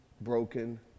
broken